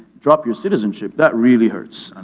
drop your citizenship, that really hurts.